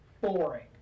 boring